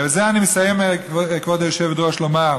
בזה אני מסיים, כבוד היושבת-ראש, ואומר: